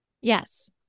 Yes